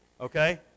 okay